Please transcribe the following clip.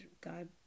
god